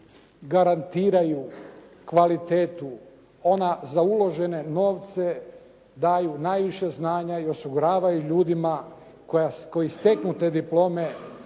garantiraju kvalitetu, ona za uložene novce daju najviše znanja i osiguravaju ljudima koji steknu te diplome